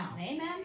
amen